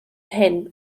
hyn